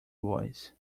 voice